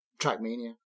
Trackmania